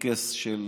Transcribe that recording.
לטקס של